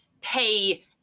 pay